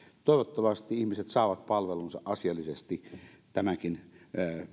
toivottavasti ihmiset saavat palvelunsa asiallisesti tämänkin